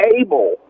able